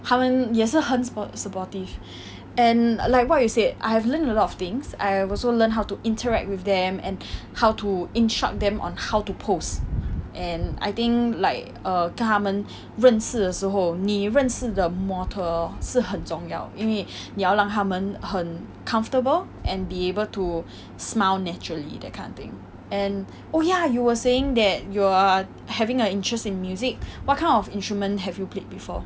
他们也是很 suppor~ supportive and like what you said I've learnt a lot of things I have also learnt how to interact with them and how to instruct them on how to pose and I think like err 跟他们认识的时候你认识的模特儿是很重要因为你要让他们很 comfortable and be able to smile naturally that kind of thing and oh ya you were saying that you are having a interest in music what kind of instrument have you played before